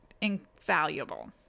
invaluable